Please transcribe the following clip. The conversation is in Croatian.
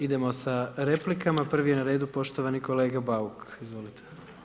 Idemo sa replikama, prvi je na redu poštovani kolega Bauk, izvolite.